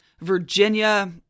Virginia